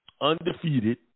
undefeated